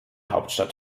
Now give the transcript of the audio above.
hauptstadt